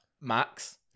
Max